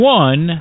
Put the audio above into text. one